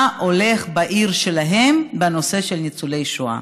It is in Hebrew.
מה הולך בעיר שלהם בנושא של ניצולי שואה,